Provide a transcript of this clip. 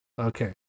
Okay